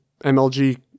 MLG